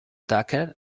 tucker